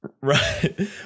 Right